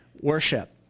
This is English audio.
worship